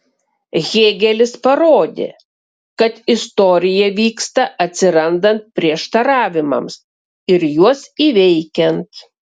hėgelis parodė kad istorija vyksta atsirandant prieštaravimams ir juos įveikiant